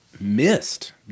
missed